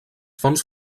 fons